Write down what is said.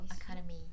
Academy